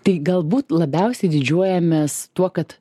tai galbūt labiausiai didžiuojamės tuo kad